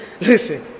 listen